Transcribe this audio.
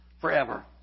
forever